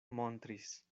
montris